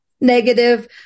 negative